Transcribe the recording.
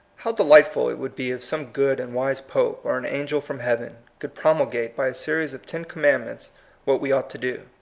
how delightful it would be if some good and wise pope, or an angel from heaven, could promulgate by a series of ten commandments what we ought to do,